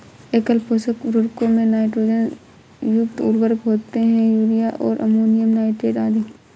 एकल पोषक उर्वरकों में नाइट्रोजन युक्त उर्वरक होते है, यूरिया और अमोनियम नाइट्रेट आदि